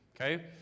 Okay